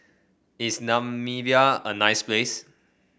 is Namibia a nice place